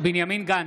בנימין גנץ,